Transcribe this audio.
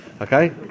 Okay